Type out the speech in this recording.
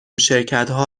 شرکتها